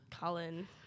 Colin